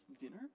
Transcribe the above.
dinner